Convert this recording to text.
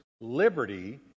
liberty